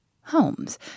Holmes